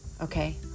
okay